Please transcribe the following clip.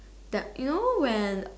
you know when